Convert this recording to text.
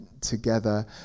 together